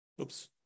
Oops